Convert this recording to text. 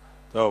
טוב,